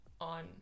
on